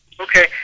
Okay